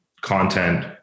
content